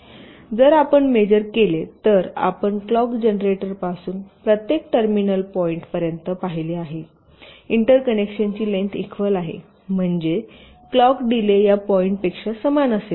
आता जर आपण मेजर केले तर आपण क्लॉक जनरेटरपासून प्रत्येक टर्मिनल पॉईंटपर्यंत पाहिले तर इंटरकनेक्शनची लेथ इक्वल आहे म्हणजे क्लॉक डीले या पॉईंटपेक्षा समान असेल